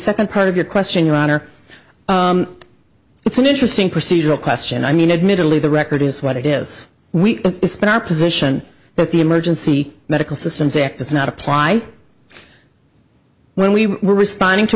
second part of your question your honor it's an interesting procedural question i mean admittedly the record is what it is we spend our position but the emergency medical systems act does not apply when we were responding to